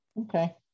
Okay